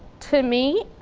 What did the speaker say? to me.